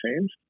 change